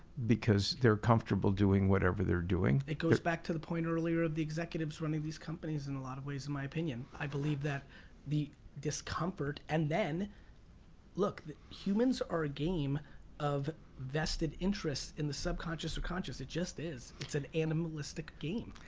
because they're comfortable doing whatever they're doing it goes back to the point earlier, the executives running these companies in a lot of ways, in my opinion i believe that the discomfort and then look, humans are ah game of vested interest in the subconscious subconscious it is. it's an animalistic game.